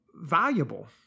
valuable